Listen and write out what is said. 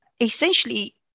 essentially